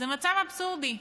זה מצב אבסורדי.